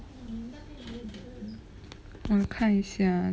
嗯看一下